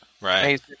Right